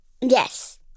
Yes